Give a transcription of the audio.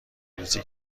ریزی